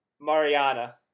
Mariana